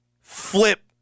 flip